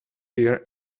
year